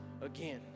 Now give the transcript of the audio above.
again